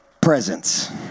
presence